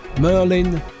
Merlin